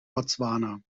botswana